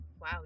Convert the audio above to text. wow